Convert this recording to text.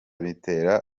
bitera